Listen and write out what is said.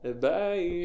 Bye